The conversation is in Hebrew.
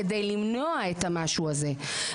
כדי למנוע את המשהו הזה.